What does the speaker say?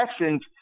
essence